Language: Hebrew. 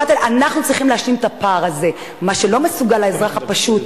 אנחנו צריכים להשלים את הפער הזה מה שלא מסוגל האזרח הפשוט,